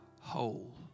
whole